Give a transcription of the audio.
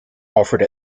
offered